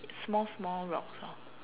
small small rocks lor